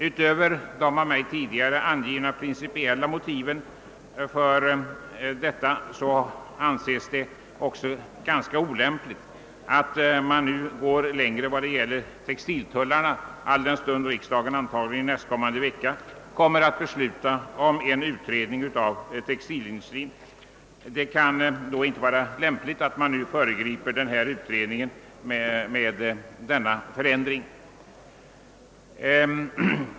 Utöver det av mig angivna prinicipiella motivet för dessa ändringar anser vi det också ganska olämpligt att nu gå längre i fråga om textiltullarna, alldenstund riksdagen antagligen nästkommande vecka kommer att diskutera en aviserad utredning om textilindustrin. Det kan då inte vara lämpligt att nu föregripa denna utredning genom att besluta om denna förändring.